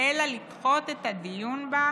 אלא לדחות את הדיון בה,